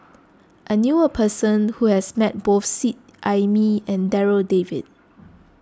I knew a person who has met both Seet Ai Mee and Darryl David